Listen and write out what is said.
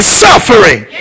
suffering